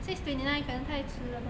six twenty nine 可能太迟了吧